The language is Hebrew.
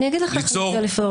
אני אומרת בואו נטפל בבעיה.